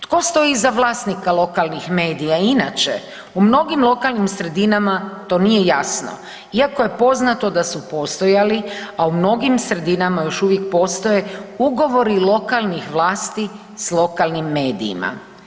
Tko stoji iza vlasnika lokalnih medija i inače u mnogim lokalnim sredinama to nije jasno iako je poznato da su postojali, a u mnogim sredinama još uvijek postoje ugovori lokalnih vlasti s lokalnim medijima.